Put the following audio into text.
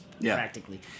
practically